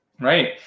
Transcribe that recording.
Right